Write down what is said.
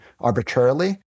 arbitrarily